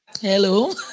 Hello